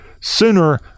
sooner